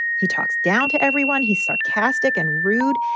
he talks down to everyone. he's sarcastic and rude.